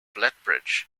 lethbridge